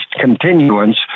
continuance